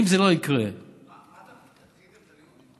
אם זה לא יקרה, דחיתם את זה ליוני?